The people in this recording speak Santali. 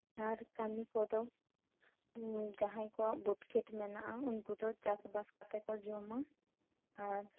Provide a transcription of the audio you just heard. ᱟᱨ ᱠᱟᱹᱢᱤ ᱠᱚᱫᱚ ᱡᱟᱦᱟᱸᱭ ᱠᱚᱣᱟᱜ ᱵᱟᱹᱫᱽ ᱠᱷᱮᱛ ᱢᱮᱱᱟᱜᱼᱟ ᱩᱱᱠᱩ ᱫᱚ ᱪᱟᱥᱵᱟᱥ ᱠᱟᱛᱮ ᱠᱚ ᱡᱚᱢᱟ ᱟᱨ